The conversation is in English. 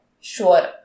sure